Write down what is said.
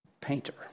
painter